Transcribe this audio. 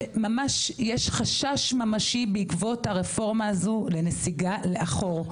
שממש יש חשש ממשי בעקבות הרפורמה הזו לנסיגה לאחור,